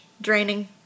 draining